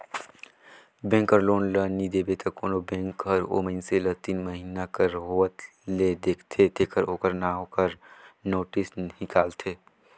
bank कर loan ल नी देबे त कोनो बेंक हर ओ मइनसे ल तीन महिना कर होवत ले देखथे तेकर ओकर नांव कर नोटिस हिंकालथे